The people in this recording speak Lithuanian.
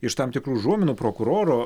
iš tam tikrų užuominų prokuroro